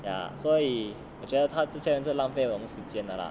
ya 所以我觉得他这些人是浪费我们时间的啦